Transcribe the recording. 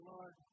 Lord